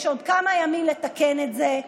יש עוד כמה ימים לתקן את זה.